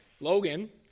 Logan